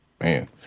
man